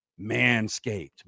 Manscaped